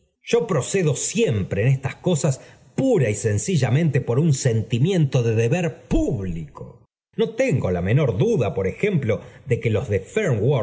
yo procedo siempre en estas óósas pura y sencillamente por un sentimiento de deber público no tengo la menor duda por ejemplo de queuos de